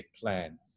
plan